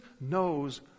knows